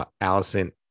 Allison